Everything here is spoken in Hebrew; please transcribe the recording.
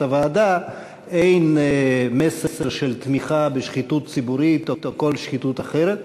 הוועדה אין מסר של תמיכה בשחיתות ציבורית או בכל שחיתות אחרת.